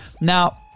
Now